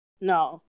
No